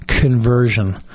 conversion